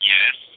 Yes